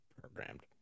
programmed